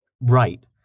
Right